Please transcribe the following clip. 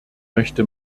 möchte